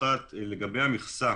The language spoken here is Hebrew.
האחת לגבי המכסה,